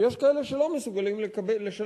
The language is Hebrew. ויש כאלה שלא מסוגלים לשלם,